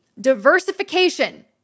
Diversification